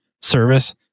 service